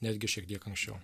netgi šiek tiek anksčiau